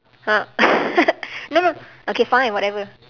no no okay fine whatever